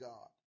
God